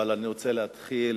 אבל אני רוצה להתחיל,